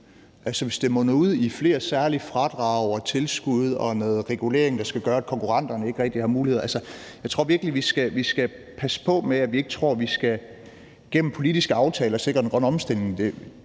om det munder ud i flere særlige fradrag og tilskud og noget regulering, der skal gøre, at konkurrenterne ikke rigtig har muligheder. Jeg tror virkelig, vi skal passe på med ikke at tro, at vi skal sikre den grønne omstilling